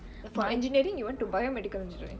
for engineering you went to biomedical engineering